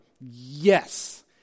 yes